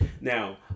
Now